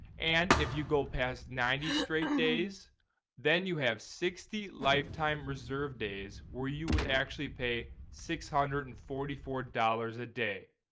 and if you go past ninety straight days then you have sixty lifetime reserve days where you would actually pay six hundred and forty four dollars a day.